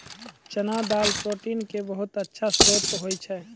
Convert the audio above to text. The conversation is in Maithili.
चना दाल प्रोटीन के बहुत अच्छा श्रोत होय छै